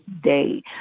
day